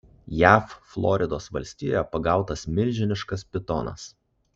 jav floridos valstijoje pagautas milžiniškas pitonas